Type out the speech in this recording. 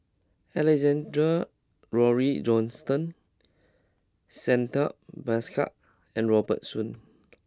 Alexander Laurie Johnston Santha Bhaskar and Robert Soon